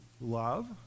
love